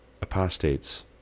apostates